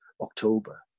October